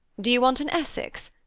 do you want an essex?